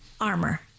armor